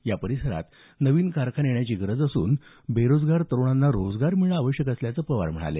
या परिसरात नवीन कारखाने येण्याची गरज असून बेरोजगार तरुणांना रोजगार मिळणं आवश्यक असल्याचं पवार यावेळी म्हणाले